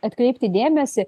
atkreipti dėmesį